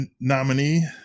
nominee